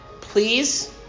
please